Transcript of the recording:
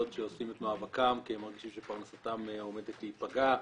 שעושים את מאבקם כי הם מרגישים שפרנסתם עומדת להיפגע,